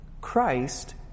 Christ